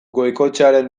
goikoetxearen